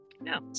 No